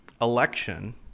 election